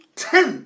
ten